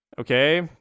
okay